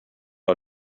out